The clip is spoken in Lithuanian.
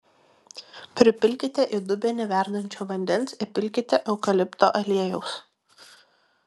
pripilkite į dubenį verdančio vandens įpilkite eukalipto aliejaus